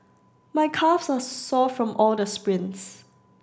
my calves are sore from all the sprints